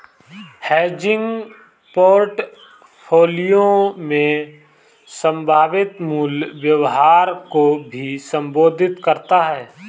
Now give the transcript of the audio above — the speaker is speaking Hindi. हेजिंग पोर्टफोलियो में संभावित मूल्य व्यवहार को भी संबोधित करता हैं